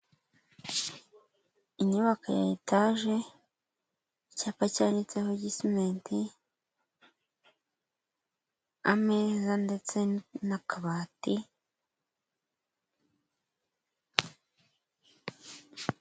Inyubako ya etage icyapa cyanditseho Gisimenti ameza ndetse n'akabati.